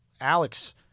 Alex